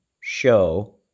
show